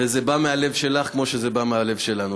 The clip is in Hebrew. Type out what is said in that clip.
וזה בא מהלב שלך כמו שזה בא מהלב שלנו.